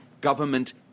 government